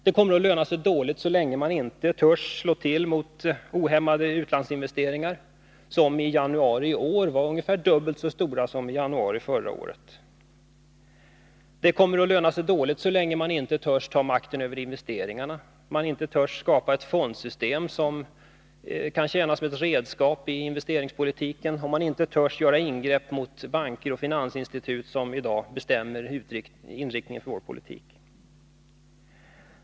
Det kommer att löna sig dåligt så länge man inte törs slå till mot ohämmade utlandsinvesteringar, vilka i januari i år var ungefär dubbelt så stora som i januari förra året. Det kommer att löna sig dåligt så länge man inte törs ta makten över investeringarna, inte törs skapa ett fondsystem som kan tjäna som ett redskap i investeringspolitiken och inte törs göra ingrepp mot banker och finansinstitut, vilka i dag bestämmer inriktningen av vår politik.